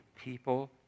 people